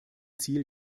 ziel